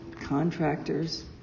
contractors